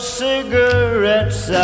cigarettes